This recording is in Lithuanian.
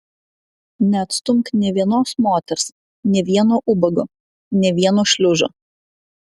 neatstumk nė vienos moters nė vieno ubago nė vieno šliužo